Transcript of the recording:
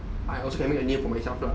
I also can make a name for myself lah